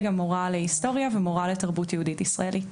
גם מורה להיסטוריה ומורה לתרבות יהודית ישראלית.